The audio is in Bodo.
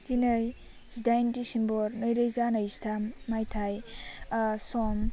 दिनै जिडाइन दिसेम्बर नै रोजा नैजिथाम मायथाइ सम